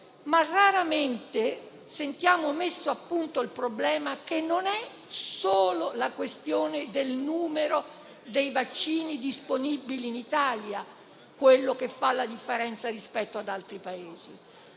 raramente sentiamo messo a punto il problema: non è solo la questione del numero dei vaccini disponibili in Italia a fare la differenza rispetto agli altri Paesi.